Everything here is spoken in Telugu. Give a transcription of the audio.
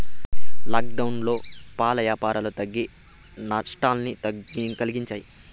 లాక్డౌన్లో పాల యాపారాలు తగ్గి నట్టాన్ని కలిగించాయి